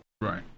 Right